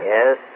Yes